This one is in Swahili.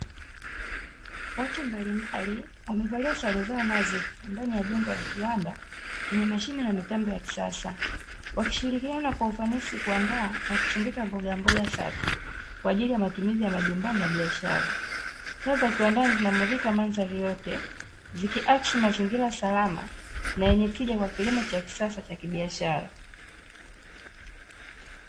Watu mbalimbali wamevalia sare zao nadhifu ndani ya jengo la kiwanda chenye mashine na mitambo ya kisasa, wakishirikiana kwa ufanisi kuandaa na kusindika mbogamboga safi kwa ajili ya matumizi ya majumbani na biashara, taa za kiwandani zinamulika mandhari yote, zikiakisi mazingira salama na yenye tija kwa kilimo cha kisasa cha kibiashara.